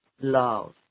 love